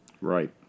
Right